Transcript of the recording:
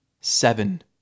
seven